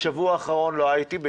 בשבוע האחרון לא הייתי,